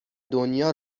دنیا